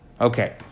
Okay